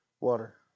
water